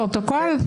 לפרוטוקול.